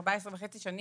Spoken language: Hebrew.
14.5 שנים,